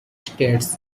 states